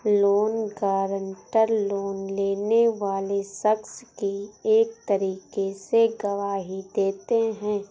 loan guarantor, loan लेने वाले शख्स की एक तरीके से गवाही देते हैं